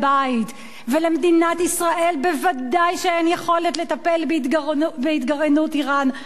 ולמדינת ישראל בוודאי אין יכולת לטפל בהתגרענות אירן לבדה.